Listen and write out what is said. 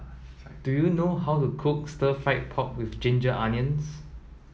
do you know how to cook stir fried pork with ginger onions